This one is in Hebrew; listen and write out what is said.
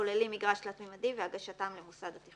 לקיים שיח נוסף עם